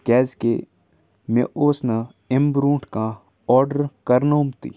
کیٛازِکہِ مےٚ اوس نہٕ اَمہِ برٛونٛٹھ کانٛہہ آرڈر کَرنومتُے